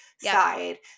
side